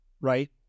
right